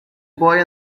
boy